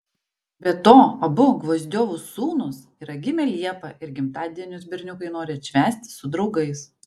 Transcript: be to abu gvozdiovų sūnus yra gimę liepą ir gimtadienius berniukai nori atšvęsti su draugais